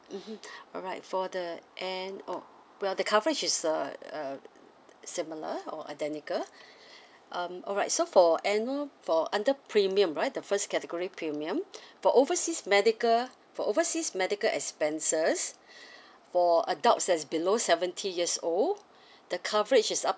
mmhmm alright for the and oh well the coverage is uh uh similar or identical um alright so for annual for under premium right the first category premium for overseas medical for overseas medical expenses for adults that is below seventy years old the coverage is up